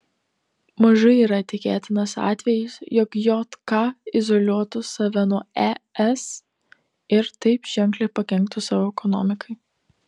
mažai yra tikėtinas atvejis jog jk izoliuotų save nuo es ir taip ženkliai pakenktų savo ekonomikai